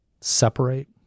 separate